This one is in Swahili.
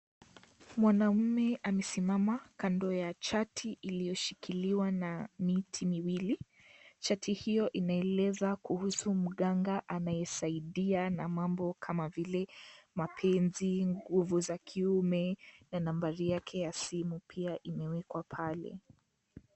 Mwanaume amesimama kando ya chati iliyoshikiliwa na miti miwili . Chati hiyo inaeleza kuhusu mganga anayesaidia na mambo kama vile mapenzi , nguvu za kiume na nambari yake ya simu pia imewekwa pale.